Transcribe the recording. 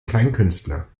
kleinkünstler